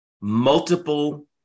multiple